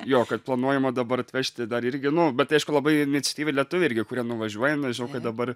jo kad planuojama dabar atvežti dar irgi nu bet aišku labai iniciatyviai lietuviai irgi kurie nuvažiuoja nes žinau kad dabar